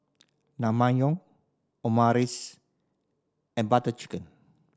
Naengmyeon Omurice and Butter Chicken